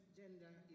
gender